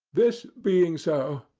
this being so,